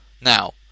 now